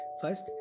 First